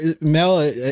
Mel